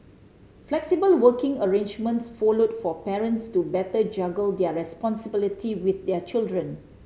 flexible working arrangements followed for parents to better juggle their responsibility with their children